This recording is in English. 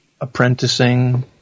apprenticing